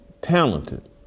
talented